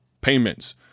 payments